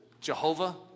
Jehovah